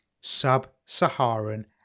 sub-Saharan